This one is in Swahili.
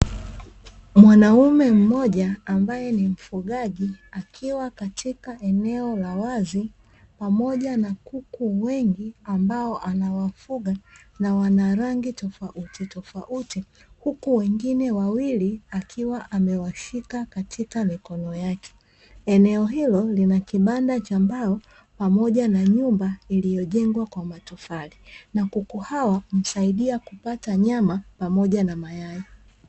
Mwanaume mmoja ambaye ni mfugaji akiwa katika eneo la wazi pamoja na kuku wengi ambao anawafuga, na wana rangi tofautitofauti; huku wengine wawili akiwa amewashika katika mikono yake. Eneo hilo lina kibanda cha mbao pamoja na nyumba iliyojengwa kwa matofali. Na kuku hao husaidia kupata nyama pamoja na mayai.